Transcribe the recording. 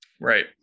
right